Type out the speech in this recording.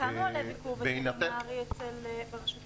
כמה עולה ביקור אצל וטרינר ברשות המקומית?